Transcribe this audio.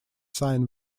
sign